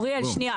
אוריאל שנייה,